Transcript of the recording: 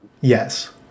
yes